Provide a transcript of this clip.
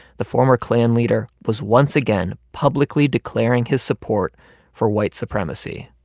the former klan leader was once again publicly declaring his support for white supremacy.